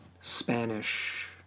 Spanish